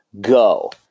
Go